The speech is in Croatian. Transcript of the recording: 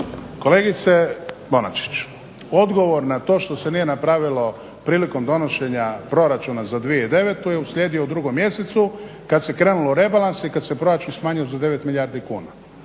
Kolegice Bonačić odgovor na to što se nije napravilo prilikom donošenja Proračuna za 2009. je uslijedio u 2. mjesecu kad se krenulo u rebalans i kad se proračun smanjio za 9 milijardi kuna.